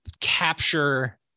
capture